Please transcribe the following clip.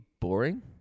boring